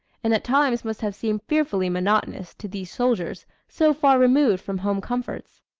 and at times must have seemed fearfully monotonous to these soldiers so far removed from home comforts.